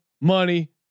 Money